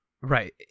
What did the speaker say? Right